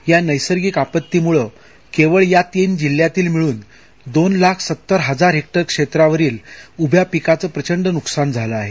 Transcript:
या नैसर्गिक आपत्तीमुळं केवळ या तीन जिल्ह्यातील मिळून दोन लाख सत्तर हजार हेक्टर क्षेत्रावरील उभ्या पिकाचं प्रचंड नुकसान झालं आहे